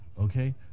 Okay